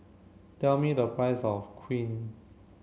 tell me the price of Queen